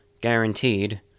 guaranteed